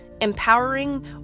empowering